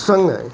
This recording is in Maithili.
सङ्गे